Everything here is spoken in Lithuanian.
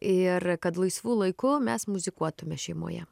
ir kad laisvu laiku mes muzikuotume šeimoje